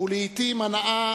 ולעתים הנאה